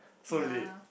so late